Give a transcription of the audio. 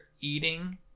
eating